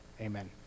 Amen